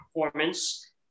performance